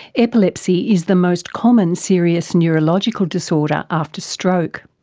epilepsy is the most common serious neurological disorder after stroke.